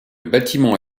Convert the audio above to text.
bâtiment